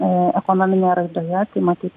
a ekonominėje raidoje tai matys